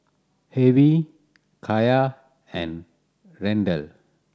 Hervey Kya and Randell